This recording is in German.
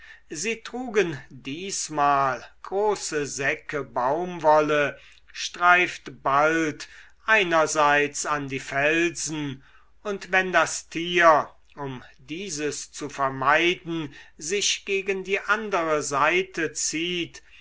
sie trugen diesmal große säcke baumwolle streift bald einerseits an die felsen und wenn das tier um dieses zu vermeiden sich gegen die andere seite zieht